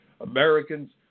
Americans